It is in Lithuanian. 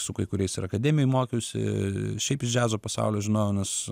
su kai kuriais ir akademijoj mokiausi šiaip iš džiazo pasaulį žinau nes